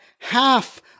half